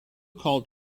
called